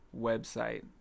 website